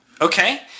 Okay